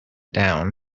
down